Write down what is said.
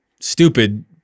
stupid